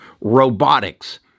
Robotics